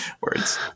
words